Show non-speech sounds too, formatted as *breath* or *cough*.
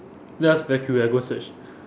just very curious I go search *breath*